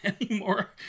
anymore